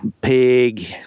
Pig